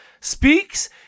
Speaks